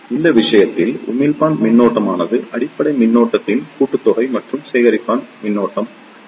எனவே இந்த விஷயத்தில் உமிழ்ப்பான் மின்னோட்டமானது அடிப்படை மின்னோட்டத்தின் கூட்டுத்தொகை மற்றும் சேகரிப்பான் மின்னோட்டமாகும்